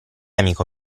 amico